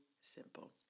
simple